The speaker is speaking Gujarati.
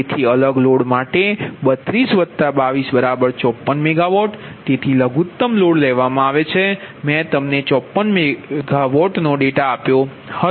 તેથી અલગ લોડ માટે 32 22 54 મેગાવોટ તેથી લઘુત્તમ લોડ લેવામાં આવે છે મેં તમને 54MW ડેટા આપ્યો હતો